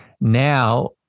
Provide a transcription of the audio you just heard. Now